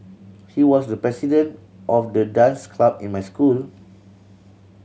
he was the president of the dance club in my school